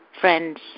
friends